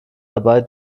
dabei